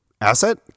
Asset